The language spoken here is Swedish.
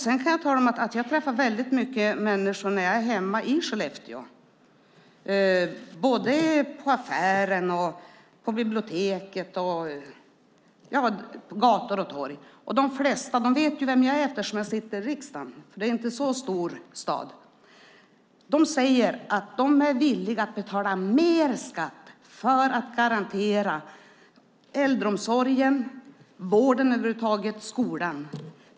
Sedan kan jag tala om att jag träffar väldigt mycket människor när jag är hemma i Skellefteå, både på affären, på biblioteket och på gator och torg. De flesta vet vem jag är eftersom jag sitter i riksdagen. Det är inte en så stor stad. De säger att de är villiga att betala mer skatt för att garantera äldreomsorgen, vården över huvud taget och skolan.